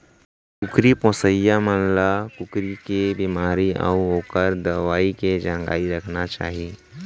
कुकरी पोसइया मन ल कुकरी के बेमारी अउ ओकर दवई के जानकारी रखना चाही